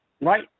right